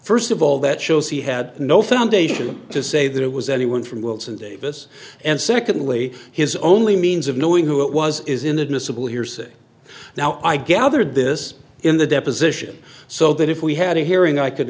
first of all that shows he had no foundation to say that it was anyone from wilson davis and secondly his only means of knowing who it was is inadmissible hearsay now i gathered this in the deposition so that if we had a hearing i could